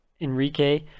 enrique